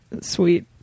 sweet